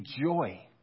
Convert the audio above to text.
joy